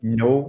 no